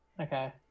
okay